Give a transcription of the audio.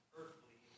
earthly